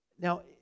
Now